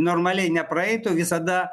normaliai nepraeitų visada